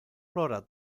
plora